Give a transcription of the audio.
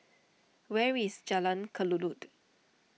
where is Jalan Kelulut